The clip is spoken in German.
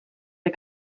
der